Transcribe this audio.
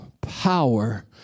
power